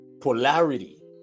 polarity